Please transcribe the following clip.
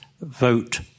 vote